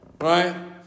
Right